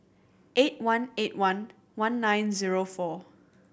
eight one eight one one nine zero four